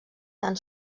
tan